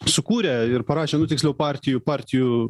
sukūrė ir parašė nu tiksliau partijų partijų